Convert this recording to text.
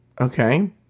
Okay